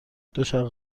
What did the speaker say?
دوچرخه